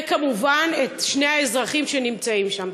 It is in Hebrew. וכמובן גם את שני האזרחים שנמצאים שם.